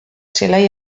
zelai